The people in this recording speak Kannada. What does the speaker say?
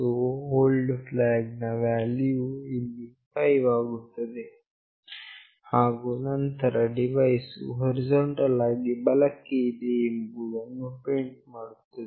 ಸೋ old flag ನ ವ್ಯಾಲ್ಯೂವು ಇಲ್ಲಿ 5 ಆಗುತ್ತದೆ ಹಾಗು ನಂತರ ಡಿವೈಸ್ ವು ಹೊರಿಜಾಂಟಲ್ ಆಗಿ ಬಲಕ್ಕೆ ಇದೆ ಎಂಬುದನ್ನು ಪ್ರಿಂಟ್ ಮಾಡುತ್ತೇವೆ